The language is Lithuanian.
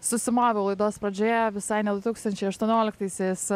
susimoviau laidos pradžioje visai ne du tūkstančiai aštuonioliktaisiais